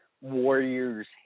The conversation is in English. warriors